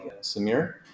Samir